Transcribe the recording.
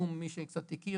מי שקצת מכיר